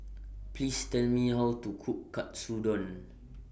Please Tell Me How to Cook Katsudon